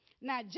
Now